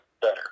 better